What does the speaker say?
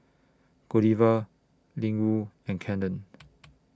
Godiva Ling Wu and Canon